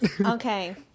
Okay